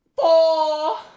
four